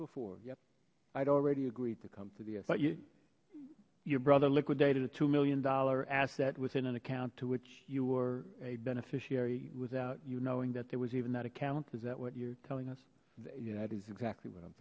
before yep i'd already agreed to come to be about you your brother liquidated a two million dollar asset within an account to which you were a beneficiary without you knowing that there was even that account is that what you're telling us that united is exactly what i'm